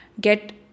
get